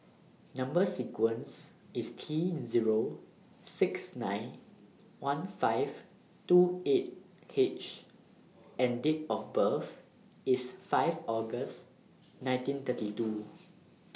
Number sequence IS T Zero six nine one five two eight H and Date of birth IS five August nineteen thirty two